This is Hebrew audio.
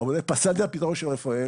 ראש ענף טנקים, פסלתי את הפתרון של רפאל,